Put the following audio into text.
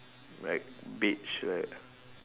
like beige right